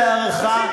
ראויים להערכה,